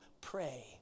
pray